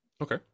Okay